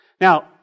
Now